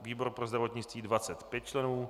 výbor pro zdravotnictví 25 členů